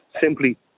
simply